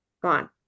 Gone